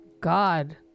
God